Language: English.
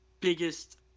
biggest